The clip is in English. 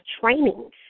training